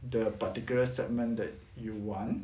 the particular segment that you want